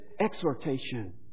exhortation